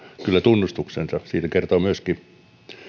kyllä tunnustukseni siitä kertoo myöskin